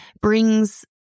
brings